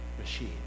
machine